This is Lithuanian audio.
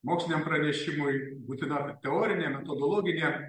moksliniam pranešimui būtina teorinė metodologinė